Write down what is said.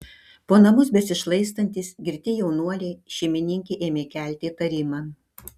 po namus besišlaistantys girti jaunuoliai šeimininkei ėmė kelti įtarimą